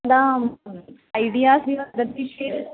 न ऐडियास् इव ददिश्येत्